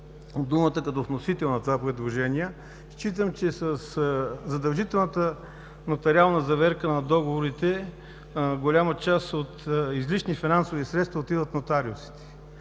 думата като вносител на това предложение. Считам, че със задължителната нотариална заверка на договорите голяма част от излишни финансови средства отиват в нотариусите,